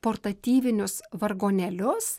portatyvinius vargonėlius